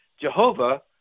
Jehovah